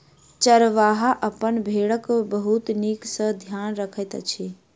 चरवाहा अपन भेड़क बहुत नीक सॅ ध्यान रखैत अछि